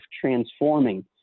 transforming